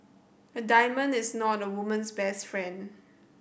a diamond is not a woman's best friend